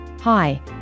Hi